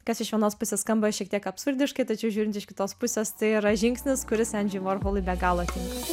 kas iš vienos pusės skamba šiek tiek absurdiškai tačiau žiūrint iš kitos pusės tai yra žingsnis kuris endžiui vorholui be galo tinka